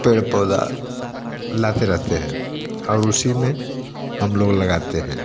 पेड़ पौधा लाते रहते हैं और उसी में हम लोग लगाते हैं